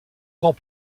gros